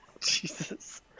Jesus